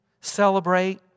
celebrate